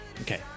okay